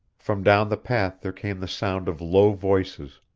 from down the path there came the sound of low voices.